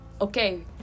Okay